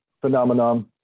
phenomenon